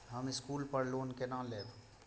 हम स्कूल पर लोन केना लैब?